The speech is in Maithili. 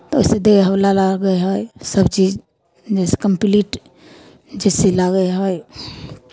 तऽ ओहिसँ देह हौला लागै हइ सभचीज जइसे कम्प्लीट जइसे लागै हइ